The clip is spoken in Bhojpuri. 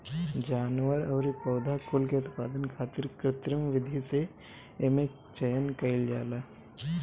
जानवर अउरी पौधा कुल के उत्पादन खातिर कृत्रिम विधि से एमे चयन कईल जाला